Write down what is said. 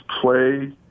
play